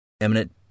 eminent